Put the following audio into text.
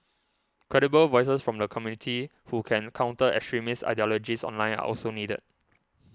credible voices from the community who can counter extremist ideologies online are also needed